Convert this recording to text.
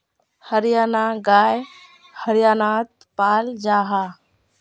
हरयाना गाय हर्यानात पाल जाहा